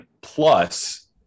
plus